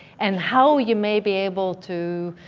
and how you may be able to